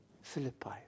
Philippi